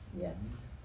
yes